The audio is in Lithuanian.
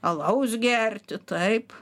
alaus gerti taip